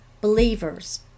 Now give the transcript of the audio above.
believers